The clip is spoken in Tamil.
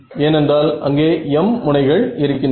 ஏனென்றால் அங்கே m முனைகள் இருக்கின்றன